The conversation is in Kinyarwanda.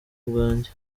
bwanjye